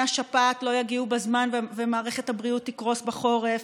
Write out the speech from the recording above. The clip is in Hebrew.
השפעת לא יגיעו בזמן ומערכת הבריאות תקרוס בחורף.